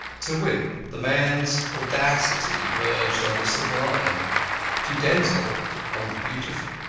to wimp the man's audacity verged on the sublime to denzil on the beautiful.